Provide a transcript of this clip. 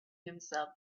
himself